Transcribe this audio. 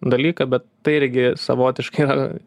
dalyką bet tai irgi savotiškai yra